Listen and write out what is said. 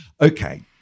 okay